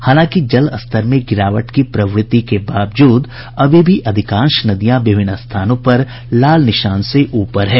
हालांकि जलस्तर में गिरावट की प्रवृत्ति के बावजूद अभी भी अधिकांश नदियां विभिन्न स्थानों पर लाल निशान से ऊपर है